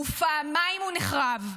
ופעמיים הוא נחרב.